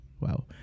Wow